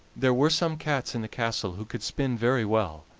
there were some cats in the castle who could spin very well,